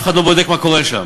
אף אחד לא בודק מה קורה שם.